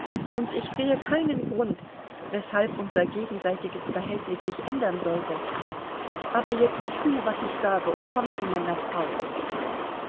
und ich sehe keinen grund weshalb unser gegenseitiges verhältnis sich ändern sollte aber jetzt tu was ich sagte und komm zu meiner frau